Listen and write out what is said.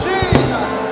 Jesus